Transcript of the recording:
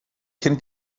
can